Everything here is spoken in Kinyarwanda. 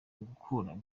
gukura